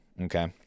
Okay